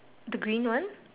the green one